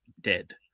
dead